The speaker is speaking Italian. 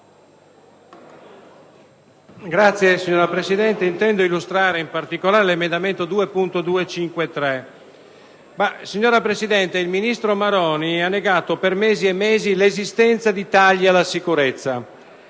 *(PD)*. Signora Presidente, intendo illustrare in particolare l'emendamento 2.253. Il ministro Maroni ha negato per mesi e mesi l'esistenza di tagli alla sicurezza.